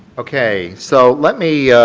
okay, so let me